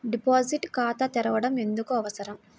Deposit ఖాతా తెరవడం ఎందుకు అవసరం?